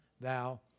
thou